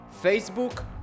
Facebook